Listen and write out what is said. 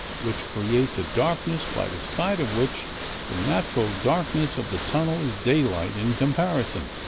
which creates a darkness by the side of which the natural darkness of the tunnel is daylight in comparison.